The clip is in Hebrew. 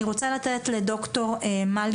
אני רוצה לתת לד"ר מלי